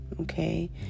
okay